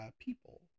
people